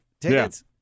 tickets